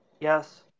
Yes